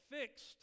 fixed